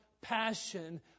passion